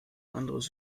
anderes